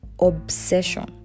Obsession